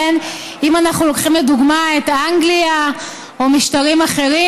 אם אנחנו לוקחים לדוגמה את אנגליה או משטרים אחרים,